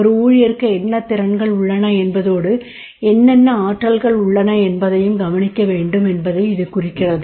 ஒரு ஊழியருக்கு என்ன திறனகள் உள்ளன என்பதோடு என்னென்ன ஆற்றல்கள் உள்ளன என்பதையும் கவனிக்க வேண்டும் என்பதை இது குறிக்கிறது